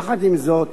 יחד עם זאת,